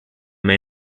may